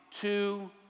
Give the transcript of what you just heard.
two